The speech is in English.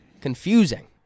confusing